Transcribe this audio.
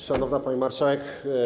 Szanowna Pani Marszałek!